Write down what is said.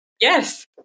Yes